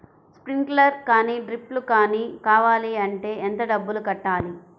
Sprinkler కానీ డ్రిప్లు కాని కావాలి అంటే ఎంత డబ్బులు కట్టాలి?